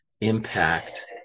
impact